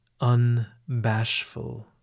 unbashful